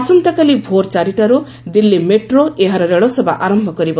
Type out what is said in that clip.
ଆସନ୍ତାକାଲି ଭୋର ଚାରିଟାରୁ ଦିଲ୍ଲୀ ମେଟ୍ରୋ ଏହାର ରେଳସେବା ଆରମ୍ଭ କରିବ